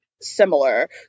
Similar